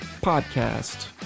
Podcast